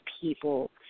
people